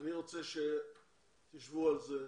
אני רוצה שתשבו על זה,